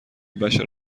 بشر